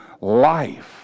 life